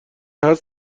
هست